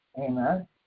Amen